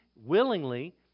willingly